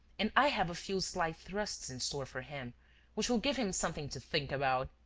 and i have a few sly thrusts in store for him which will give him something to think about.